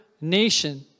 nation